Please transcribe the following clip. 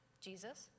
Jesus